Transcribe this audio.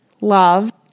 love